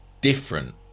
different